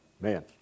Man